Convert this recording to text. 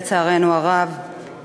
לצערנו הרב,